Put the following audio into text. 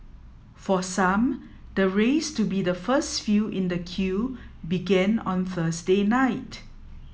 for some the race to be the first few in the queue began on Thursday night